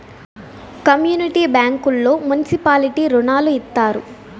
community బ్యాంకుల్లో municipality రుణాలు ఇత్తారు